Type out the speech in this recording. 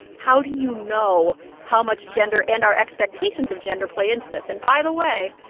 how do you know how much gender and our expectations of gender play into this? and by the way,